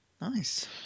nice